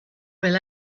will